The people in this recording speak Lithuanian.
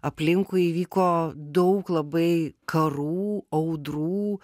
aplinkui įvyko daug labai karų audrų